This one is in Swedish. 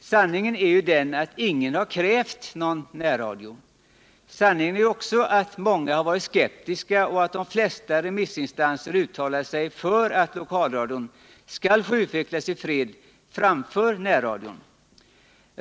Sanningen är ju den att ingen krävt någon närradio! Sanningen är ock så att många varit skeptiska och att de flesta remissinstanser uttalat sig för att lokalradion skall få utvecklas i fred framför närradion.